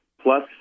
Plus